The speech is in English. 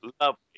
lovely